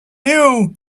new